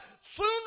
Sooner